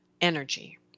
energy